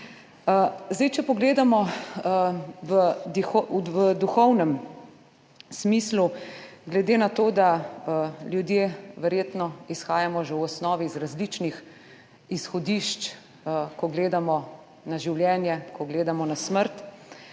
Zdaj, če pogledamo v duhovnem smislu, glede na to, da ljudje verjetno izhajamo že v osnovi iz različnih izhodišč, ko gledamo na življenje, ko gledamo na smrt,